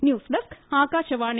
news desk Akashvani